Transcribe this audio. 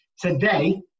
today